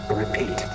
repeat